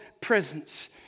presence